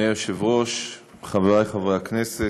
אדוני היושב-ראש, חברי חברי הכנסת,